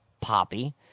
poppy